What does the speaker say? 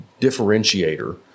differentiator